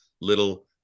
Little